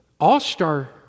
All-Star